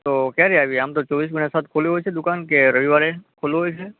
તો કયારે આવીએ આમ તો ચોવીસ ગુણ્યા સાત ખુલ્લી હોય છે દુકાન કે રવિવારે ખુલ્લું હોય છે